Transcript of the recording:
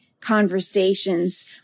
conversations